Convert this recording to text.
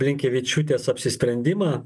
blinkevičiūtės apsisprendimą